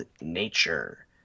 Nature